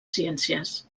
ciències